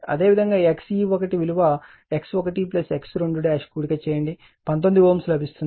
అదేవిధంగా XE1 విలువ X1 X2 కూడిక చేయండి 19 Ω లభిస్తుంది